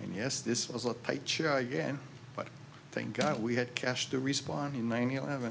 and yes this was a paycheck again but thank god we had cash to respond in nine eleven